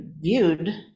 viewed